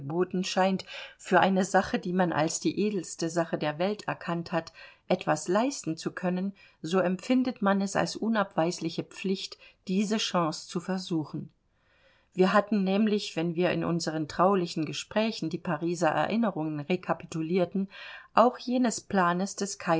geboten scheint für eine sache die man als die edelste sache der welt erkannt hat etwas leisten zu können so empfindet man es als unabweisliche pflicht diese chance zu versuchen wir hatten nämlich wenn wir in unseren traulichen gesprächen die pariser erinnerungen rekapitulierten auch jenes planes des